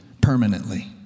permanently